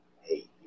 hey